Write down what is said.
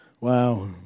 Wow